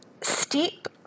steep